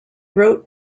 wrote